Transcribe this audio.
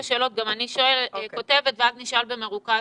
השאלות גם אני כותבת ואז נשאל אותן במרוכז.